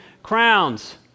crowns